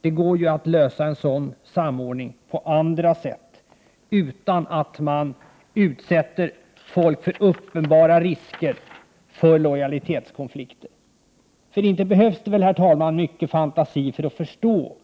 Det går att lösa en sådan samordning på andra sätt, utan att utsätta folk för uppenbara risker för lojalitetskonflikter. Inte behövs det mycket fantasi, herr talman, för att förstå